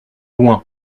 loin